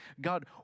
God